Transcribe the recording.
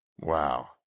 Wow